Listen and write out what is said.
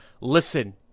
listen